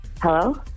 Hello